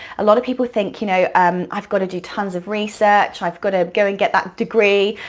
a lot of people think, you know um i've got to do tons of research, i've got to go and get that degree,